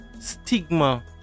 stigma